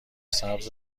سبز